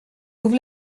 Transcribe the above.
ouvre